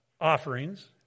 offerings